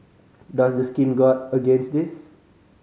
does the scheme guard against this